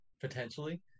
potentially